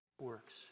works